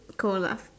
cold lah